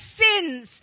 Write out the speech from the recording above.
sins